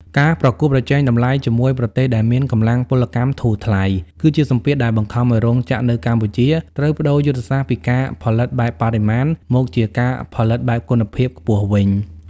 ការប្រកួតប្រជែងតម្លៃជាមួយប្រទេសដែលមានកម្លាំងពលកម្មធូរថ្លៃ គឺជាសម្ពាធដែលបង្ខំឱ្យរោងចក្រនៅកម្ពុជាត្រូវប្ដូរយុទ្ធសាស្ត្រពីការផលិតបែបបរិមាណ មកជាការផលិតបែបគុណភាពខ្ពស់វិញ។